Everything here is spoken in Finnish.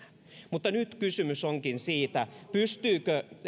mutta nyt kysymys onkin siitä pystyykö